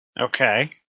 Okay